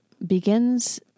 begins